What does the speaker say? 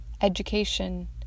education